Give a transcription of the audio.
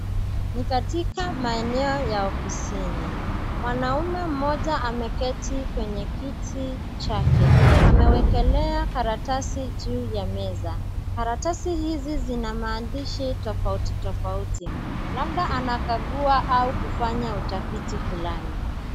Ni katika maeneo ya ofisini. Mwanaume mmoja ameketi kwenye kiti chake. Amewekelea karatasi juu ya meza. Karatasi hizi zina maandishi tofauti tofauti. Labda anakagua au kufanya utafiti fulani.